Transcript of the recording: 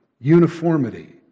Uniformity